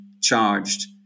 charged